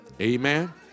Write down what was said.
Amen